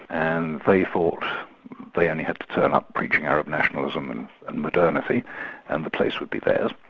and they thought they only had to turn up preaching arab nationalism and and modernity and the place would be theirs.